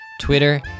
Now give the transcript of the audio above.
Twitter